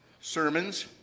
sermons